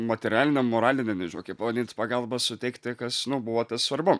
materialinę moralinę nežinau kaip pavadint pagalbą suteikti kas buvo tas svarbu